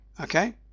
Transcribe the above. Okay